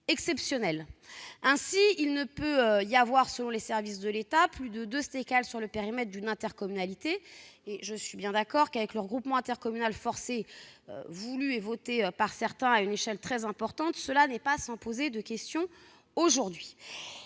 Ainsi, il ne peut y avoir, selon les services de l'État, plus de deux STECAL sur le périmètre d'une intercommunalité. Je suis bien d'accord, le regroupement intercommunal forcé, voulu et voté par certains, à une échelle très importante, n'est pas sans poser des questions aujourd'hui.